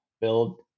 build